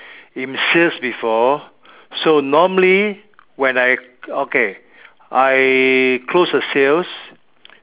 in sales before so normally when I okay I close a sales